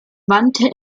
wandte